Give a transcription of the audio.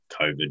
covid